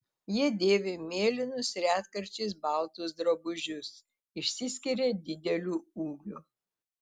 jie dėvi mėlynus retkarčiais baltus drabužius išsiskiria dideliu ūgiu